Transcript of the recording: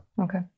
Okay